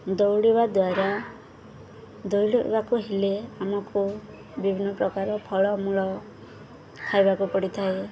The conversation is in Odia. ଦୌଡ଼ିବା ଦ୍ୱାରା ଦୌଡ଼ିବାକୁ ହେଲେ ଆମକୁ ବିଭିନ୍ନ ପ୍ରକାର ଫଳମୂଳ ଖାଇବାକୁ ପଡ଼ିଥାଏ